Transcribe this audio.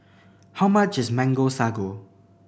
how much is Mango Sago